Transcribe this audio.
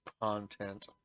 content